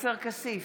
עופר כסיף,